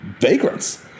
vagrants